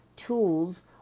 Tools